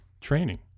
training